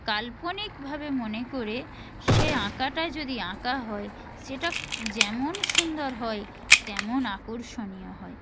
কাল্পনিকভাবে মনে করে সে আঁকাটা যদি আঁকা হয় সেটা যেমন সুন্দর হয় তেমন আকর্ষণীয় হয়